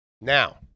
Now